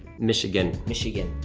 michigan. michigan.